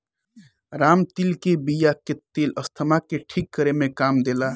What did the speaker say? रामतिल के बिया के तेल अस्थमा के ठीक करे में काम देला